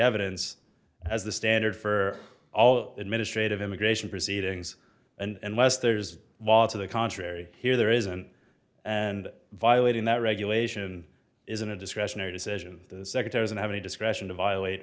evidence as the standard for all administrative immigration proceedings and west there's a lot to the contrary here there isn't and violating that regulation isn't a discretionary decision secretaries and have any discretion to violate